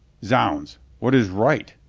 zounds, what is right?